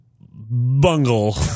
bungle